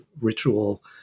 ritual